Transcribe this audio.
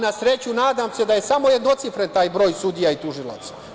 Na sreću, nadam se da je samo jednocifren taj broj sudija i tužilaca.